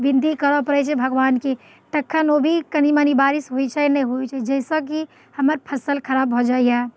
विनती करऽ पड़ैत छै भगवानके तखन ओ भी कनि मनी बारिश होइत छै नहि होइत छै जाहिसँ कि हमर फसल खराब भऽ जाइया